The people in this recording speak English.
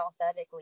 authentically